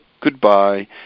goodbye